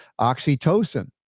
oxytocin